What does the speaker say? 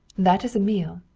that is a meal!